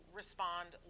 respond